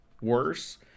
worse